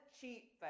cheap